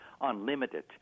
unlimited